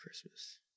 Christmas